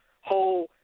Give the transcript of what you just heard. whole